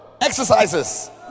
Exercises